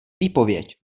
výpověď